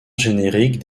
générique